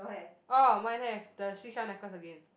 oh mine have the seashell necklace again